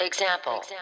Example